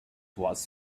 was